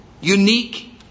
unique